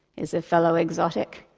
is a fellow exotic.